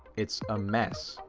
it's a mess.